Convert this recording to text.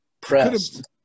pressed